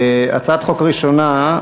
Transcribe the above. הצעת חוק ראשונה,